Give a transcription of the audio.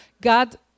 God